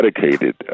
dedicated